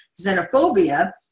xenophobia